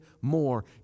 more